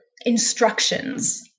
instructions